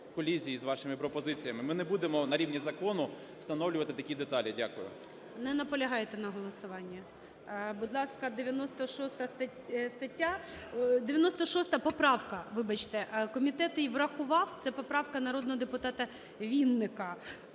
Ми не будемо на рівні закону встановлювати такі деталі. Дякую. ГОЛОВУЮЧИЙ. Не наполягаєте на голосуванні? Будь ласка, 96 стаття… 96 поправка, вибачте. Комітет її врахував. Це поправка народного депутата Вінника.